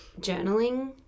journaling